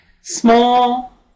small